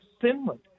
Finland